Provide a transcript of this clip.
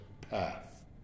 path